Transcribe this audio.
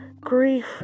grief